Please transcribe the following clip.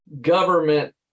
government